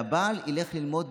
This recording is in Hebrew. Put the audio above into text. והבעל ילך ללמוד,